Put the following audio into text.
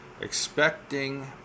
expecting